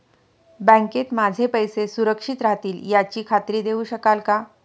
बँकेत माझे पैसे सुरक्षित राहतील याची खात्री देऊ शकाल का?